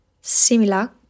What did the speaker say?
similar